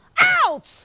out